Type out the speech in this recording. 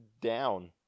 down